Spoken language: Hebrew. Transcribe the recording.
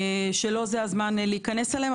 ולא זה הזמן להיכנס אליהן.